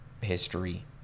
history